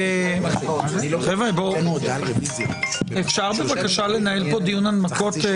09:33) אפשר לנהל פה דיון הנמקות?